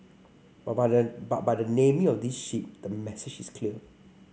but by the but by the naming of this ship the message is clear